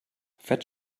fett